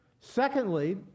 Secondly